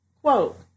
Quote